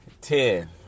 ten